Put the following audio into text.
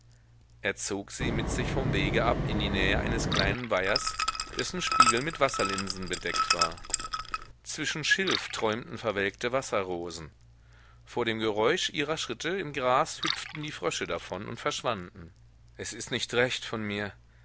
er zog sie mit sich vom wege ab in die nähe eines kleinen weihers dessen spiegel mit wasserlinsen bedeckt war zwischen schilf träumten verwelkte wasserrosen vor dem geräusch ihrer schritte im gras hüpften die frösche davon und verschwanden es ist nicht recht von mir